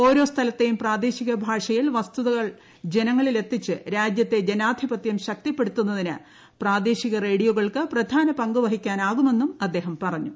ഓരോ സ്ഥലത്തെയും പ്രാദേശിക ഭാഷയിൽ വസ്തുതക ജനങ്ങളിൽ എത്തിച്ച് രാജ്യത്തെ ജനാധിപത്യം ശക്തി പ്പെടുത്തുന്നതിന് പ്രാദേശിക റേഡിയോകൾക്ക് പ്രധാന പങ്ക് വഹിക്കാനാകുമെന്നും അദ്ദേഹം പറഞ്ഞു